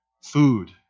food